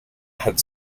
had